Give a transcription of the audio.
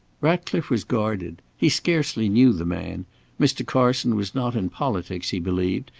ratcliffe was guarded he scarcely knew the man mr. carson was not in politics, he believed,